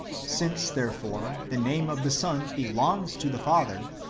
since, therefore, the name of the son belongs to the father,